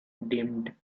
dimmed